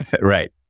Right